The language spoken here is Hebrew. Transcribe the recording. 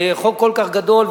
חוק כל כך גדול,